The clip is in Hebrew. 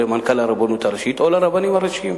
מנכ"ל הרבנות הראשית או אל הרבנים הראשיים.